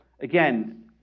again